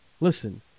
Listen